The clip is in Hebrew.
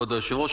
כבוד היושב-ראש,